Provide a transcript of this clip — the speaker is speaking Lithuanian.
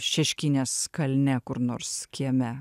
šeškinės kalne kur nors kieme